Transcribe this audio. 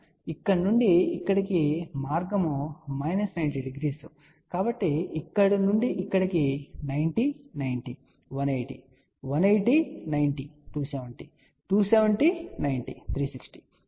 కాబట్టి ఇక్కడ నుండి ఇక్కడికి మార్గం మైనస్ 90 డిగ్రీ కాబట్టి ఇక్కడ నుండి ఇక్కడకు 90 90 180 180 90 270 270 90 360